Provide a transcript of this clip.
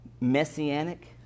messianic